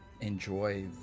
enjoy